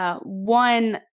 One